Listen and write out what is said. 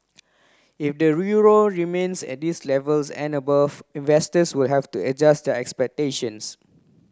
if the euro remains at these levels and above investors will have to adjust their expectations